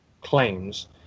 claims